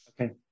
Okay